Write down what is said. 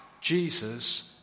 Jesus